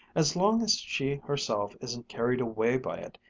as long as she herself isn't carried away by it,